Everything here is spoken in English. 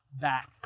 back